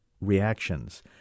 reactions